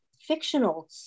fictional